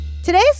Today's